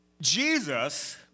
Jesus